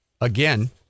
again